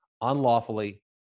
unlawfully